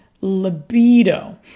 libido